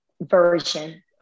version